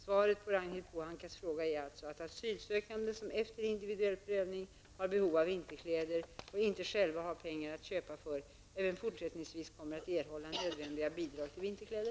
Svaret på Ragnhild Pohankas fråga är alltså att asylsökande som efter en individuell prövning har behov av vinterkläder och inte själva har pengar att köpa för även fortsättningsvis kommer att erhålla nödvändiga bidrag till vinterkläder.